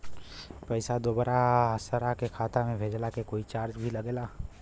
पैसा दोसरा के खाता मे भेजला के कोई चार्ज भी लागेला?